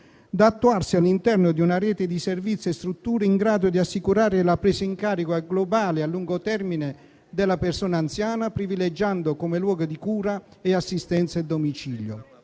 da attuarsi all'interno di una rete di servizi e strutture in grado di assicurare la presa in carico globale e a lungo termine della persona anziana, privilegiando come luogo di cura e assistenza il domicilio.